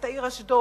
את העיר אשדוד,